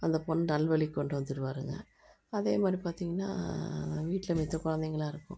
அந்த பொண்ணு நல்வழிக்கு கொண்டு வந்துடுவாருங்க அதே மாதிரி பார்த்தீங்கன்னா வீட்டில் மத்த குழந்தைங்கலாம் இருக்கும்